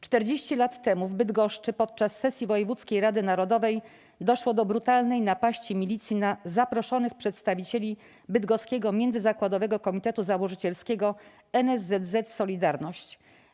Czterdzieści lat temu w Bydgoszczy podczas sesji wojewódzkiej rady narodowej doszło do brutalnej napaści milicji na zaproszonych przedstawicieli bydgoskiego Międzyzakładowego Komitetu Założycielskiego NSZZ 'Solidarność'